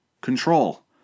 Control